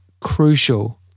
crucial